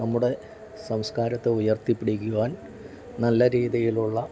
നമ്മുടെ സംസ്കാരത്തെ ഉയർത്തിപ്പിടിക്കുവാൻ നല്ല രീതിയിലുള്ള